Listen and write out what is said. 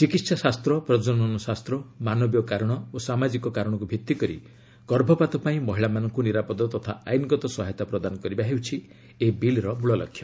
ଚିକିତ୍ସା ଶାସ୍ତ୍ର ପ୍ରଜନନ ଶାସ୍ତ ମାନବୀୟ କାରଣ ଓ ସାମାଜିକ କାରଣକୁ ଭିତ୍ତିକରି ଗର୍ଭପାତ ପାଇଁ ମହିଳାମାନଙ୍କୁ ନିରାପଦ ତଥା ଆଇନଗତ ସହାୟତା ପ୍ରଦାନ କରିବା ହେଉଛି ଏହି ବିଲ୍ର ମଳଲକ୍ଷ୍ୟ